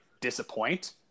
disappoint